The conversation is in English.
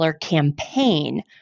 campaign